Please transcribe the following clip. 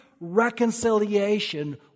reconciliation